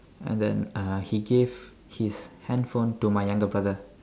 and then uh he gave his handphone to my younger brother